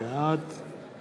בעד